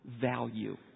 value